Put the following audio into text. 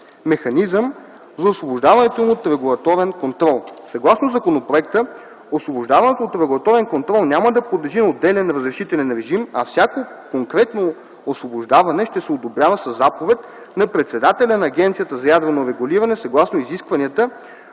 механизъм за освобождаването им от регулаторен контрол. Съгласно законопроекта освобождаването от регулаторен контрол няма да подлежи на отделен разрешителен режим, а всяко конкретно освобождаване ще се одобрява със заповед на председателя на Агенцията за ядрено регулиране съгласно изискванията